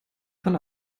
von